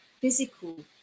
physical